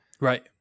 Right